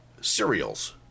cereals